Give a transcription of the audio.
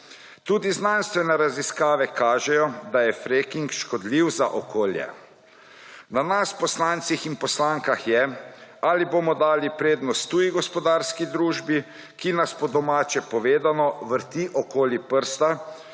Tudi znanstvene raziskave kažejo, da je fracking škodljiv za okolje. Na nas, poslankah in poslancih, je, ali bomo dali prednost tuji gospodarski družbi, ki nas, po domače povedano, vrti okoli prsta,